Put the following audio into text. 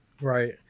Right